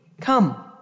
come